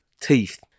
Teeth